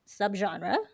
Subgenre